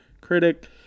critic